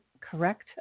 correct